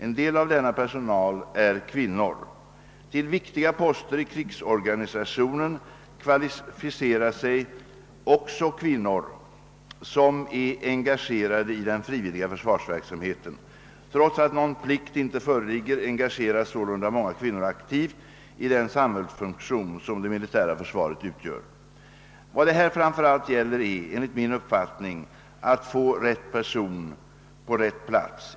En del av denna personal är kvinnor. Till viktiga poster i krigsorganisationen kvalificerar sig också kvinnor som är engagerade i den frivilliga försvarsverksamheten. Trots att någon plikt inte föreligger engageras sålunda många kvinnor aktivt i den samhällsfunktion som det militära försvaret utgör. Vad det här framför allt gäller är, enligt min uppfattning, att få rätt person på rätt plats.